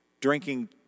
drinking